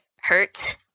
hurt